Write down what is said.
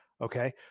Okay